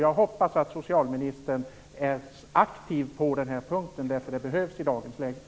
Jag hoppas att socialministern är aktiv på den här punkten. Det behövs i dagens läge.